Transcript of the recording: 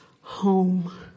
home